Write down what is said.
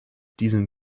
diesen